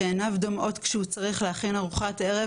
שעיניו דומעות כשהוא צריך להכין ארוחת ערב